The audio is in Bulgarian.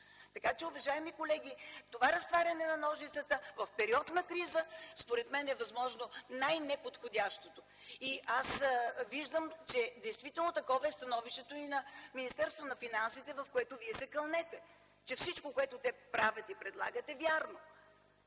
Така че, уважаеми колеги, това разтваряне на ножицата в период на криза, според мен, е възможно най-неподходящото. Аз виждам, че такова е и становището на Министерството на финансите, в което вие се кълнете, че всичко което те правят и предлагат е вярно.